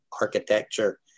architecture